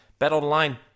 BetOnline